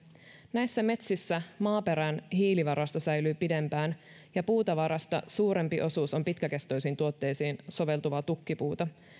näissä metsissä maaperän hiilivarasto säilyy pidempään ja puutavarasta suurempi osuus on pitkäkestoisiin tuotteisiin soveltuvaa tukkipuuta